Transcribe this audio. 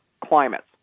climates